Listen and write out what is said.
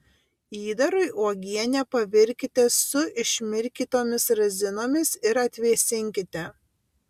įdarui uogienę pavirkite su išmirkytomis razinomis ir atvėsinkite